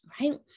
right